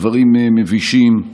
דברים מבישים.